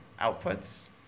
outputs